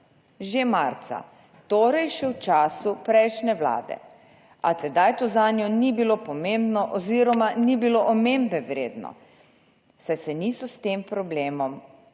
že marca, torej še v času prejšnje Vlade, a tedaj to zanjo ni bilo pomembno oziroma ni bilo omembe vredno, saj se niso s tem problemom